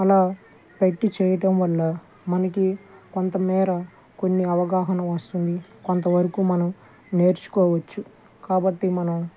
అలా పెట్టి చేయడం వల్ల మనకి కొంత మేర కొన్ని అవగాహన వస్తుంది కొంత వరకు మనం నేర్చుకోవచ్చు కాబట్టి మనం